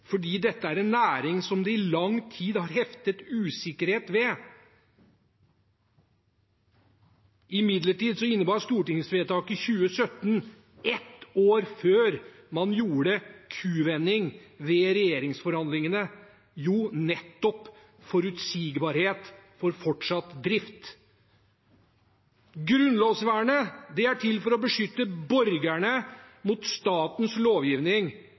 fordi dette er en næring det i lang tid har heftet usikkerhet ved? Imidlertid innebar stortingsvedtaket i 2017 – ett år før man gjorde kuvending ved regjeringsforhandlingene – nettopp forutsigbarhet for fortsatt drift. Grunnlovsvernet er til for å beskytte borgerne mot statens lovgivning,